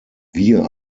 wir